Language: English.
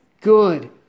good